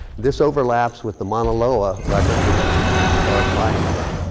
this overlaps with the mauna loa record, which is is the dark line here.